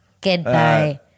Goodbye